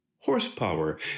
horsepower